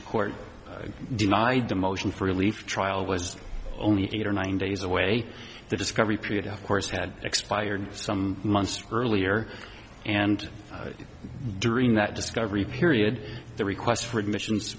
court denied the motion for relief trial was only eight or nine days away the discovery period of course had expired some months earlier and during that discovery period the requests for admissions